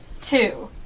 Two